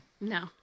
No